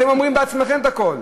אתם אומרים בעצמכם את הכול.